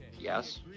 Yes